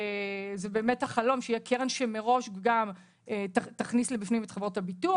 זה באמת החלום: שתהיה קרן שמראש תכניס פנימה גם את חברות הביטוח.